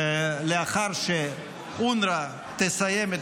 לאחר שאונר"א יסיים את